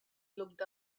looked